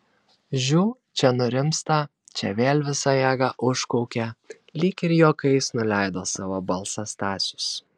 žiū čia nurimsta čia vėl visa jėga užkaukia lyg ir juokais nuleido savo balsą stasius